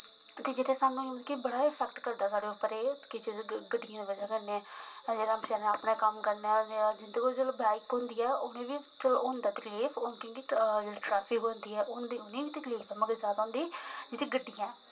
ते जेह्के सानूं मतलब की बड़ा गै इफेक्ट करदा साढ़े उप्पर एह् ते गड्डियें बजह् कन्नै ते जि'न्ने बचैरें अपने कम्म करने होंदे जिं'दे कोल चलो बाइक होंदी ऐ उ'नें बी चलो होंदा तकलीफ ओह् क्योंकि जेह्ड़ी ट्रैफिक होंदी ऐ होंंदी उ'नें ई बी तकलीफ ऐ मगर जादै होंदी जि'त्थें गड्डियें